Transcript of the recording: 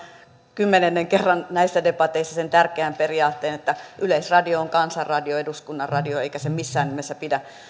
kymmenennen kerran näissä debateissa sen tärkeän periaatteen yleisradio on kansan radio eduskunnan radio eikä sen missään nimessä pidä